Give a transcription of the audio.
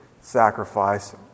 sacrifice